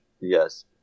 yes